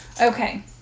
Okay